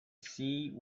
see